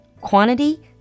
quantity